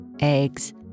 eggs